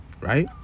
Right